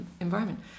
environment